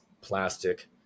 plastic